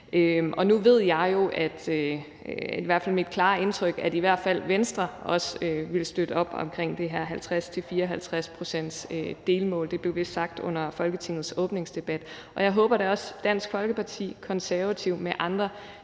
Nu ved jeg jo – det er i hvert fald mit klare indtryk – at i hvert fald Venstre også vil støtte op om det her 50-54-procentsdelmål – det blev vist sagt under Folketingets åbningsdebat. Og jeg håber da også, at Dansk Folkeparti, Konservative og andre